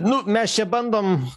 nu mes čia bandom